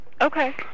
Okay